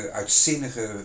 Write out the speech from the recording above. uitzinnige